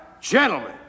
gentlemen